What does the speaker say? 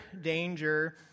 danger